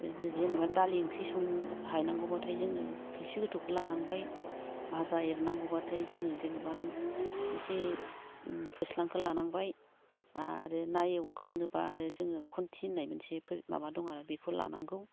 जेन'बा दालि ओंख्रि हायनांगौब्लाथाय जोङो खोस्लि गोथौखौ लानांबाय फाजा एरनांगौब्लाथाय जोङो जेन'बा एसे ओम फोस्लांखो लानांबाय आरो ना एवखांनोबा आरो जोङो घन्टि होननाय माबा दं आरो बेखौ लानांगौ